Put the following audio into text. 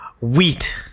Wheat